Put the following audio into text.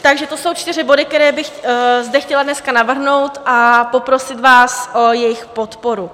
Takže to jsou čtyři body, které bych zde chtěla dneska navrhnout, a poprosit vás o jejich podporu.